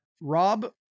Rob